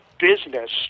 business